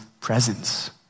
presence